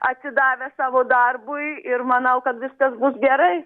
atsidavę savo darbui ir manau kad viskas bus gerai